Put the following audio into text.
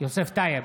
יוסף טייב,